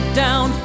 down